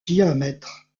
diamètre